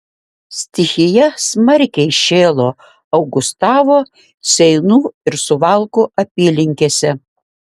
stichija smarkiai šėlo augustavo seinų ir suvalkų apylinkėse